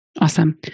Awesome